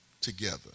together